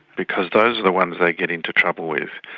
because those are the ones they get into trouble with.